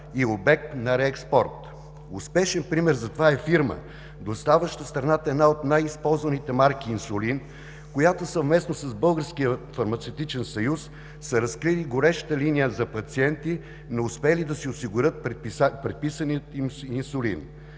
са обект на реекспорт. Успешен пример за това е фирма, доставяща в страната една от най-използваните марки инсулин, която съвместно с Българския фармацевтичен съюз, е разкрила гореща линия за пациенти, неуспели да си осигурят предписания им инсулин.